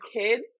kids